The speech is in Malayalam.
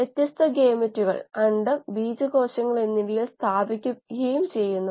പ്രക്രിയകൾ ആദ്യം ചെറിയ തോതിൽ വികസിപ്പിച്ചെടുക്കുന്നു